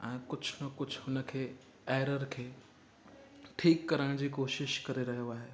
ऐं कुझु न कुझु हुन खे एरर खे ठीकु करण जी कोशिशि करे रहियो आहे